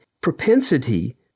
propensity